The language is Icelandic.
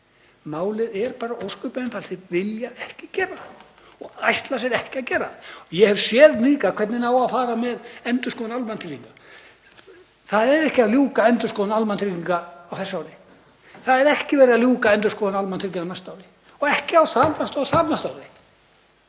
Málið er bara ósköp einfalt, þau vilja ekki gera það og ætla sér ekki að gera það. Ég hef séð líka hvernig á að fara með endurskoðun almannatrygginga. Það er ekki verið að ljúka endurskoðun almannatrygginga á þessu ári, það er ekki verið að ljúka endurskoðun almannatrygginga á næsta ári og ekki á þarnæsta eða þarþarnæsta ári.